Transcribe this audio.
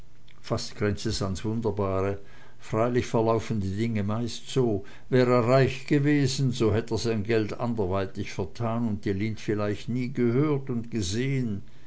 fast grenzt es ans wunderbare freilich verlaufen die dinge meist so wär er reich gewesen so hätt er sein geld anderweitig vertan und die lind vielleicht nie gehört und gesehen